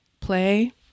play